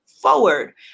Forward